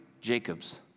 Jacob's